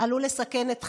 עלול לסכן את חייהם.